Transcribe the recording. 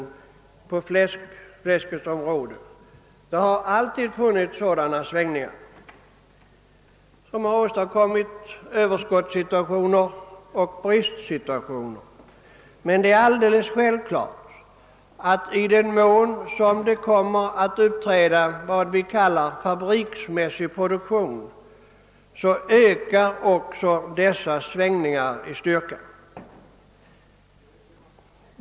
Det har alltid funnits sådana svängningar i fråga om fläskproduktionen med överskottssituationer och bristsituationer, men det är alldeles självklart att i den mån s.k. fabriksmässig produktion förekommer dessa svängningar ökar i styrka.